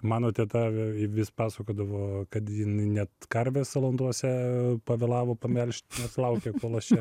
mano teta vis pasakodavo kad jinai net karvę salantuose pavėlavo pamelžt laukė kol aš čia